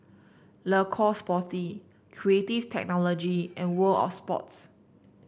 Le Coq Sportif Creative Technology and World Of Sports